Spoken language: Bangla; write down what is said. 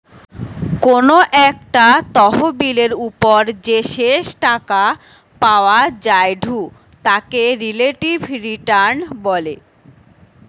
কোনো একটা তহবিলের ওপর যে শেষ টাকা পাওয়া জায়ঢু তাকে রিলেটিভ রিটার্ন বলে